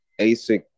ASIC